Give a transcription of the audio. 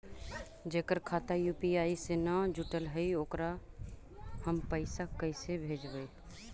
जेकर खाता यु.पी.आई से न जुटल हइ ओकरा हम पैसा कैसे भेजबइ?